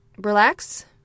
relax